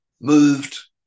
moved